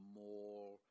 more